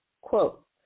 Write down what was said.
quote